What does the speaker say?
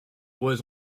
was